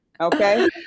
Okay